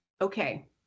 Okay